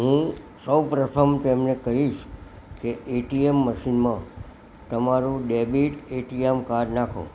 હું સૌ પ્રથમ તેમને કહીશ કે એટીએમ મશીનમાં તમારું ડેબિટ એટીએમ કાર્ડ નાખો